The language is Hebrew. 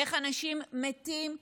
איך אנשים מתים לבד,